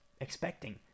expecting